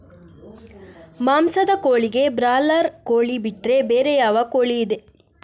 ಮಾಂಸದ ಕೋಳಿಗೆ ಬ್ರಾಲರ್ ಕೋಳಿ ಬಿಟ್ರೆ ಬೇರೆ ಯಾವ ಕೋಳಿಯಿದೆ?